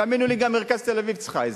תאמינו לי, גם במרכז תל-אביב צריכים עזרה.